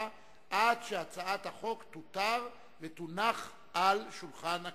עד שהצעת החוק תותר ותונח על שולחן הכנסת.